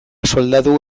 soldadu